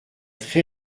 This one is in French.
très